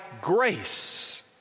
grace